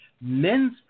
men's